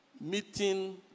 meeting